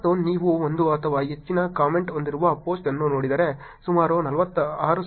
ಮತ್ತು ನೀವು ಒಂದು ಅಥವಾ ಹೆಚ್ಚಿನ ಕಾಮೆಂಟ್ ಹೊಂದಿರುವ ಪೋಸ್ಟ್ ಅನ್ನು ನೋಡಿದರೆ ಸುಮಾರು 46000 ಆಗಿದೆ